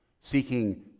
Seeking